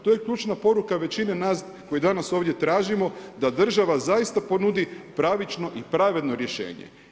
To je ključna poruka većine nas koji danas ovdje tražimo da država zaista ponudi pravično i pravedno rješenje.